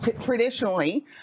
traditionally